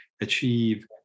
achieve